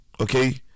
Okay